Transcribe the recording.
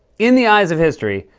in the eyes of history,